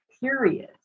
period